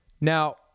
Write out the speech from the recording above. Now